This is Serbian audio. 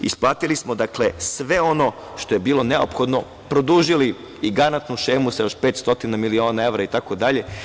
Isplatili smo sve ono što je bilo neophodno, produžili garantnu šemu sa još 500 miliona evra, itd.